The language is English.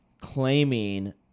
claiming